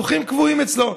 אורחים קבועים אצלו.